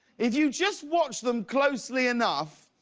if you just watch them closely enough,